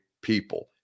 people